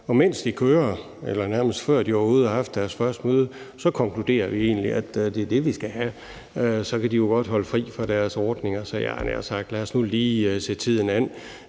og mens de kører – eller nærmest før de overhovedet har haft deres første møde – konkluderer vi egentlig, at det er det, vi skal have, og så kan de jo godt holde fri fra deres ordninger. Så jeg havde nær sagt: Lad os nu lige se tiden an.